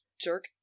jerk